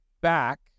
back